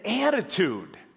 attitude